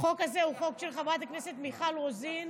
החוק הזה הוא חוק של חברת הכנסת מיכל רוזין,